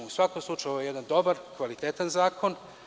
U svakom slučaju, ovo je jedan dobar, kvalitetan zakon.